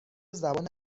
زبان